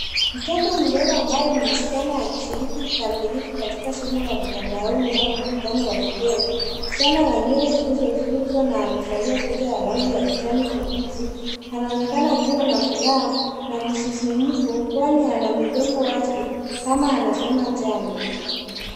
Mtoto mdogo ambaye ni msichana akishiriki kikamilifu katika somo la mtandaoni au mkutano wa video. Msichana ana nywele zilizosukwa na amevalia sweta ya rangi ya kijani kibichi. Anaonekana akiwa na furaha na msisimko kwani ana midomo wazi kama anasema jambo.